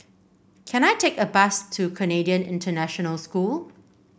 can I take a bus to Canadian International School